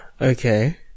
Okay